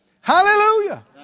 Hallelujah